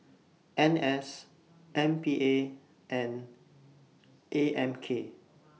N S M P A and A M K